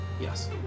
Yes